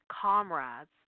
comrades